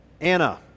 Anna